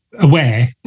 aware